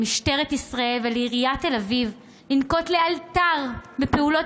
למשטרת ישראל ולעיריית תל אביב לנקוט לאלתר פעולות